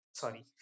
sorry